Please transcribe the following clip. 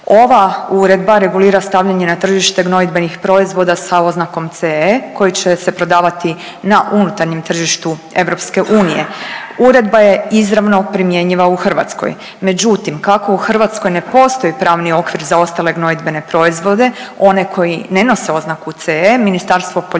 Ova uredba regulira stavljanje na tržište gnojidbenih proizvoda sa oznakom CE koji će se prodavati na unutarnjem tržištu EU. Uredba je izravno primjenjiva u Hrvatskoj, međutim kako u Hrvatskoj ne postoji pravni okvir za ostale gnojidbene proizvode, one koji ne nose oznaku CE Ministarstvo poljoprivrede